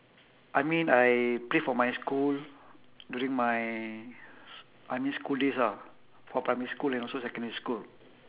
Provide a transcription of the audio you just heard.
I mean I play for my school during my primary school days ah for primary school and also secondary school